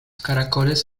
caracoles